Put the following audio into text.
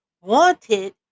wanted